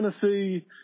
Tennessee